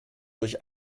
durch